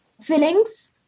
feelings